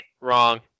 wrong